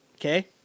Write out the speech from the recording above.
Okay